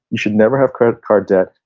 you should never have credit card debt,